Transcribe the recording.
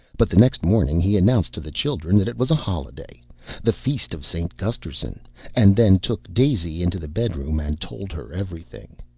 but the next morning he announced to the children that it was a holiday the feast of st. gusterson and then took daisy into the bedroom and told her everything.